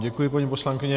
Děkuji vám, paní poslankyně.